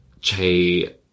Che